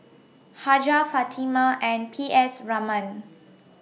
Hajjah Fatimah and P S Raman